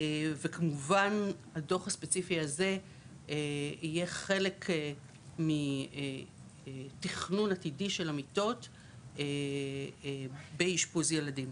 וכמובן הדוח הספציפי הזה יהיה חלק בתכנון עתידי של המיטות באשפוז ילדים.